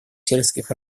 сельских